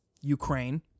Ukraine